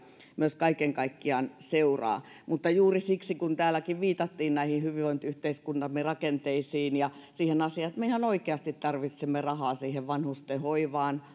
myös jatkotoimia kaiken kaikkiaan seuraa mutta kun täälläkin viitattiin näihin hyvinvointiyhteiskuntamme rakenteisiin ja siihen asiaan että me ihan oikeasti tarvitsemme rahaa vanhustenhoivaan